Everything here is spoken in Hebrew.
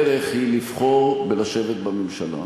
ולכן הדרך היא לבחור לשבת בממשלה.